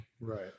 right